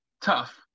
tough